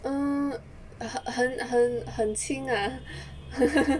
err 很很很轻 lah